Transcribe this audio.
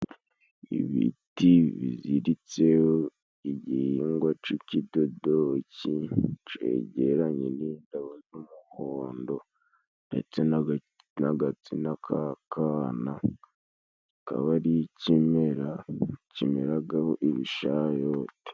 Ibiti biziritse igihingwa c'ikidodoki cegeranye n'indabo z'umuhondo, ndetse n'agatsina k'akana kaba ari ikimera kimiregaho ibishayote.